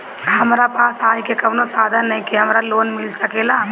हमरा पास आय के कवनो साधन नईखे हमरा लोन मिल सकेला?